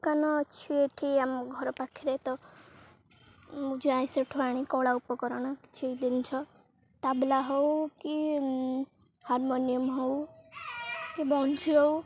ଦୋକାନ ଅଛି ଏଠି ଆମ ଘର ପାଖରେ ତ ମୁଁ ଯାଇଁ ସେଠୁ ଆଣି କଳା ଉପକରଣ କିଛି ଜିନିଷ ତାାବଲା ହଉ କି ହାରମୋନିୟମ୍ ହଉ କି ବଂଶୀ ହଉ